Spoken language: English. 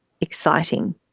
exciting